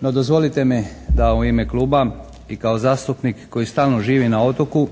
No, dozvolite mi da u ime kluba i kao zastupnik koji stalno živi na otoku